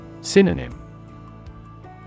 Synonym